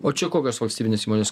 o čia kokios valstybinės įmonės